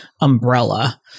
umbrella